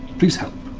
please help.